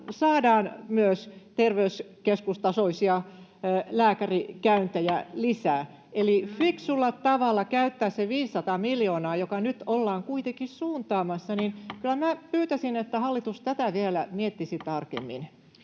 saadaan myös terveyskeskustasoisia lääkärikäyntejä lisää. Eli pitäisi fiksulla tavalla käyttää se 500 miljoonaa, joka nyt ollaan kuitenkin suuntaamassa. Kyllä minä pyytäisin, että hallitus tätä vielä miettisi tarkemmin.